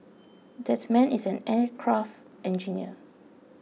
that man is an aircraft engineer